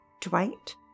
Dwight